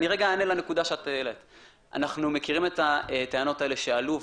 אנחנו מכירים את הטענות האלה שעלו,